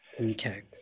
Okay